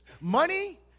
money